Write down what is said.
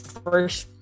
first